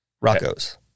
Rocco's